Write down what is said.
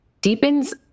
deepens